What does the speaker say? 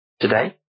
today